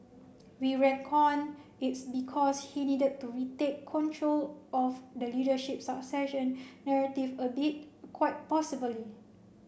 we reckon it's because he needed to retake control of the leadership succession narrative a bit quite possibly